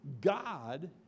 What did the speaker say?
God